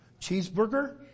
Cheeseburger